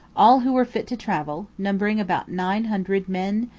all who were fit to travel, numbering about nine hundred men,